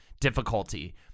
difficulty